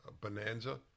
Bonanza